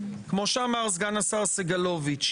כמו שאמר סגן השר סגלוביץ',